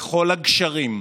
בכל הגשרים,